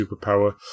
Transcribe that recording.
superpower